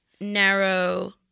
narrow